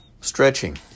Stretching